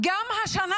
גם השנה